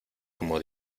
como